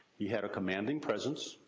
he had a commanding presence,